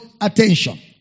attention